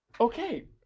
Okay